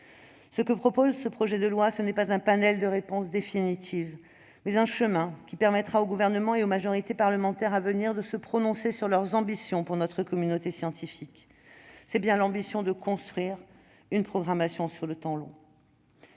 Ce que propose ce projet de loi, c'est non pas un panel de réponses définitives pour les dix prochaines années, mais un chemin qui permettra aux gouvernements et aux majorités parlementaires à venir de se prononcer sur leurs ambitions pour notre communauté scientifique. C'est bien l'ambition de construire une programmation sur le temps long.